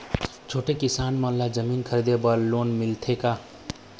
छोटे किसान मन ला जमीन खरीदे बर लोन मिलथे का?